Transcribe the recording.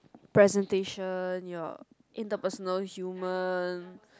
presentation your interpersonal humor